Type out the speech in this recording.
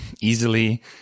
easily